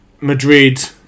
Madrid